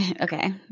Okay